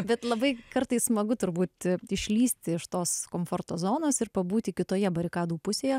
bet labai kartais smagu turbūt išlįsti iš tos komforto zonos ir pabūti kitoje barikadų pusėje